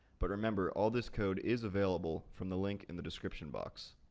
but remember, all this code is available from the link in the description box.